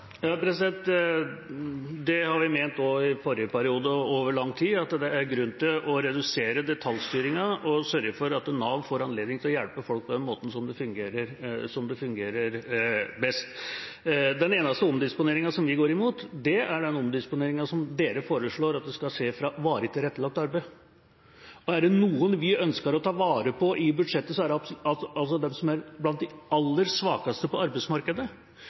Det mente vi også i forrige periode – og over lang tid – at det er grunn til å redusere detaljstyringen og sørge for at Nav får anledning til å hjelpe folk på den måten som fungerer best. Den eneste omdisponeringen som vi går imot, er den omdisponeringen som dere foreslår, at det skal skje fra varig tilrettelagt arbeid. Er det noen vi ønsker å ta vare på i budsjettet, er det dem som er blant de aller svakeste på arbeidsmarkedet.